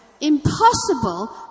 Impossible